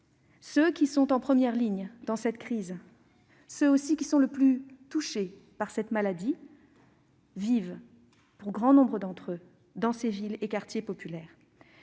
ceux qui sont en première ligne dans cette crise et qui sont aussi les plus touchés par cette maladie, vivent, pour un grand nombre d'entre eux, dans ces villes et quartiers populaires.